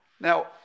Now